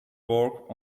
work